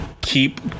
keep